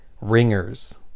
ringers